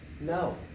no